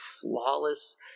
flawless